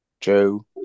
Joe